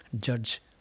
Judge